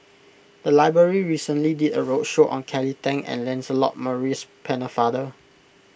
the library recently did a roadshow on Kelly Tang and Lancelot Maurice Pennefather